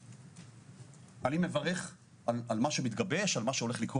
אני שמחה לראות כאן את כולכם.